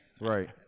Right